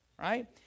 right